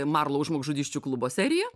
marlou žmogžudysčių klubo seriją